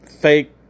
fake